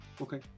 Okay